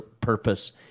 purpose